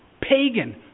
pagan